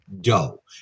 dough